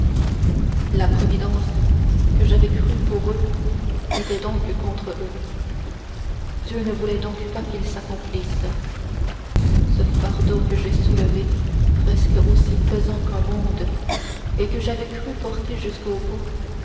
la providence que j'avais crue pour eux était donc contre eux dieu ne voulait donc pas qu'ils s'accomplissent ce fardeau que j'ai soulevé presque aussi pesant qu'un monde et que j'avais cru porter jusqu'au bout